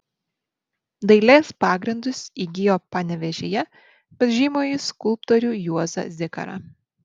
dailės pagrindus įgijo panevėžyje pas žymųjį skulptorių juozą zikarą